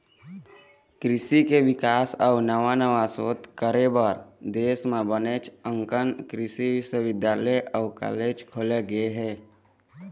कृषि के बिकास अउ नवा नवा सोध करे बर देश म बनेच अकन कृषि बिस्वबिद्यालय अउ कॉलेज खोले गे हे